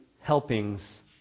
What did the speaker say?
helpings